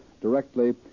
directly